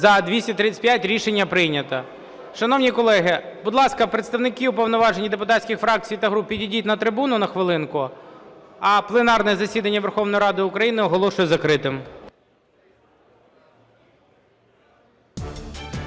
За-235 Рішення прийнято. Шановні колеги, будь ласка, представники уповноважені депутатських фракцій та груп, підійдіть на трибуну на хвилинку. А пленарне засідання Верховної Ради України оголошую закритим.